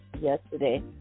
yesterday